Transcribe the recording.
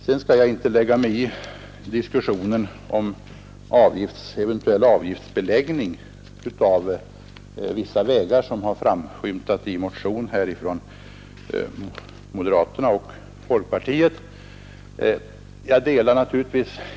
Sedan skall jag inte blanda mig i diskussionen om en eventuell avgiftsbeläggning av vissa vägar, en fråga som ju har framskymtat i en motion av moderater och folkpartister.